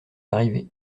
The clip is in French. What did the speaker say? arrivé